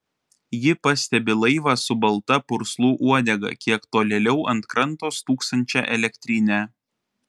ji pastebi laivą su balta purslų uodega kiek tolėliau ant kranto stūksančią elektrinę